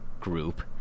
group